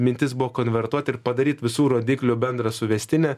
mintis buvo konvertuot ir padaryt visų rodiklių bendrą suvestinę